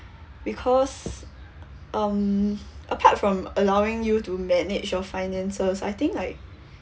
because um apart from allowing you to manage your finances I think like